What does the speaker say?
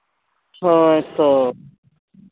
ᱦᱳᱭ ᱛᱚ